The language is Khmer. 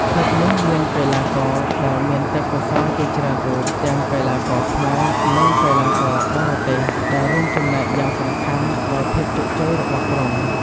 ក្លឹបនេះមានកីឡាករដែលមានទេពកោសល្យជាច្រើនរូប ទាំងកីឡាករខ្មែរ និងកីឡាករបរទេស ដែលរួមចំណែកយ៉ាងសំខាន់ដល់ភាពជោគជ័យរបស់ក្រុម។